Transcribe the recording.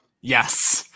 yes